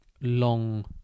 long